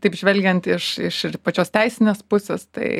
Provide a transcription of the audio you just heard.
taip žvelgiant iš iš ir pačios teisinės pusės tai